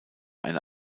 eine